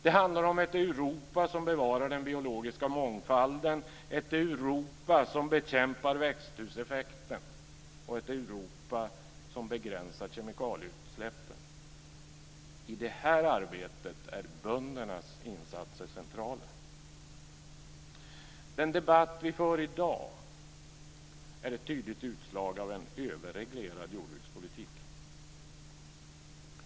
Det handlar om ett Europa som bevarar den biologiska mångfalden, ett Europa som bekämpar växthuseffekten och ett Europa som begränsar kemikalieutsläppen. I det här arbetet är böndernas insatser centrala. Den debatt vi för i dag är ett tydligt utslag av en överreglerad jordbrukspolitik.